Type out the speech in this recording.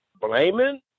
blaming